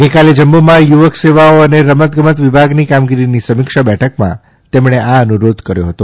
ગઇકાલે જમ્મુમાં યુવક સેવાઓ અને રમત ગમત વિભાગની કામગીરીની સમીક્ષા બેઠકમાં તેમણે આ અનુરોધ કર્યો હતો